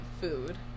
food